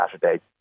Saturday